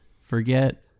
Forget